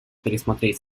пересмотреть